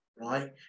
right